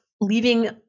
leaving